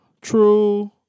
True